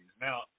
Now